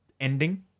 ending